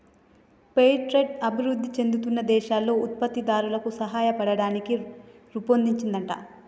fair trade అభివృధి చెందుతున్న దేశాల్లో ఉత్పత్తి దారులకు సాయపడతానికి రుపొన్దించిందంట